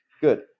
Good